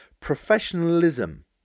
Professionalism